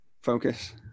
focus